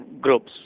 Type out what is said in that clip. groups